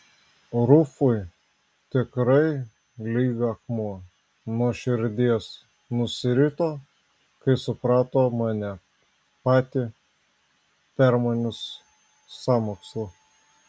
rufui tikrai lyg akmuo nuo širdies nusirito kai suprato mane patį permanius sąmokslą